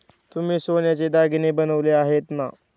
तुम्ही सोन्याचे दागिने बनवले आहेत ना?